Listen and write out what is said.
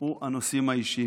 זה הנושאים האישיים.